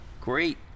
great